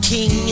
King